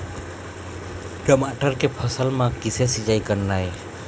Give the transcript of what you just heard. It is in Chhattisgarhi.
टमाटर के फसल म किसे सिचाई करना ये?